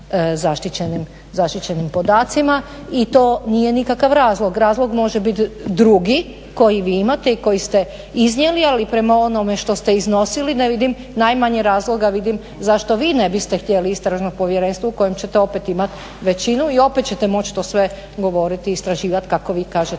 zaštićenim podacima. I to nije nikakav razlog. Razlog može biti drugi koji vi imate i koji ste iznijeli, ali prema onome što ste iznosili ne vidim najmanje razloga vidim zašto vi ne biste htjeli Istražno povjerenstvo u kojem ćete opet imati većinu i opet ćete moći to sve govoriti i istraživati kako vi kažete